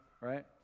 right